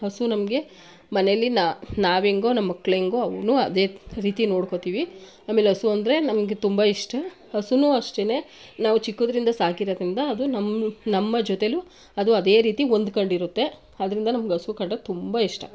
ಹಸು ನಮಗೆ ಮನೇಲಿ ನಾವೆಂಗೋ ನಮ್ಮ ಮಕ್ಕಳೆಂಗೋ ಅವನ್ನೂ ಅದೇ ರೀತಿ ನೋಡ್ಕೋತೀವಿ ಆಮೇಲೆ ಹಸು ಅಂದರೆ ನಮಗೆ ತುಂಬ ಇಷ್ಟ ಹಸುನೂ ಅಷ್ಟೇ ನಾವು ಚಿಕ್ಕದ್ರಿಂದ ಸಾಕಿರೋದರಿಂದ ಅದು ನಮ್ಮ ನಮ್ಮ ಜೊತೇಲೂ ಅದು ಅದೇ ರೀತಿ ಹೊಂದಿಕೊಂಡಿರುತ್ತೆ ಅದರಿಂದ ನಮಗೆ ಹಸು ಕಂಡರೆ ತುಂಬ ಇಷ್ಟ